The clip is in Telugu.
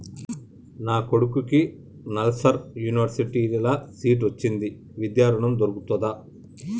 నా కొడుకుకి నల్సార్ యూనివర్సిటీ ల సీట్ వచ్చింది విద్య ఋణం దొర్కుతదా?